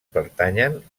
pertanyen